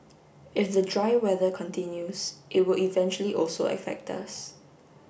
if the dry weather continues it will eventually also affect us